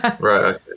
right